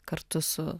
kartu su